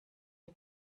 die